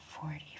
forty